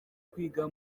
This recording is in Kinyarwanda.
kwiga